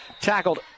tackled